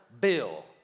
bill